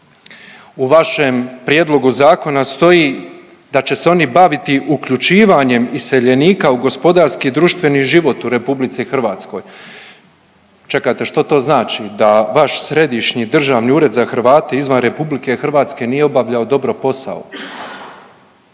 u vašem prijedlogu zakona stoji da će se oni baviti uključivanjem iseljenika u gospodarski društveni život u RH. Čekajte, što to znači? Da vaš Središnji državni ured za Hrvate izvan RH nije obavljao dobro posao?